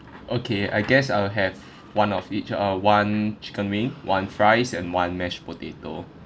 okay I guess I'll have one of each uh one chicken wing one fries and one mashed potato